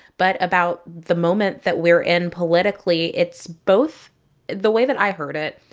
but about the moment that we're in politically. it's both the way that i heard it,